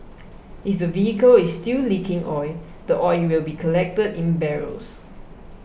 if the vehicle is still leaking oil the oil will be collected in barrels